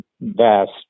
vast